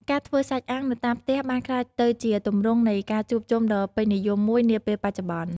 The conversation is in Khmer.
ការធ្វើសាច់អាំងនៅតាមផ្ទះបានក្លាយទៅជាទម្រង់នៃការជួបជុំដ៏ពេញនិយមមួយនាពេលបច្ចុប្បន្ន។